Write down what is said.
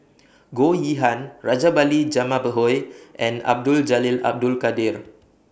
Goh Yihan Rajabali Jumabhoy and Abdul Jalil Abdul Kadir